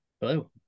Hello